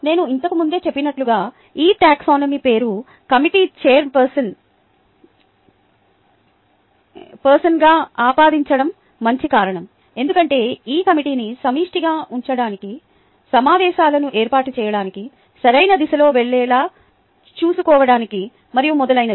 నేను ఇంతకు ముందే చెప్పినట్లుగా ఈ టాక్సానమీ పేరు కమిటీ చైర్పర్సన్గా ఆపాదించడం మంచి కారణం ఎందుకంటే ఈ కమిటీని సమిష్టిగా ఉంచడానికి సమావేశాలను ఏర్పాటు చేయడానికి సరైన దిశలో వెళ్లేలా చూసుకోవడానికి మరియు మొధైలనవి